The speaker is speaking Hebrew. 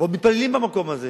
עוד מתפללים במקום הזה.